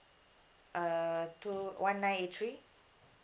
err two one nine eight three